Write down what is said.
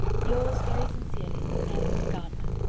yours, very sincerely, m. gardiner.